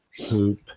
poop